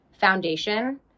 foundation